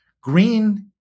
Green